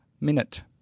minute